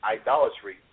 idolatry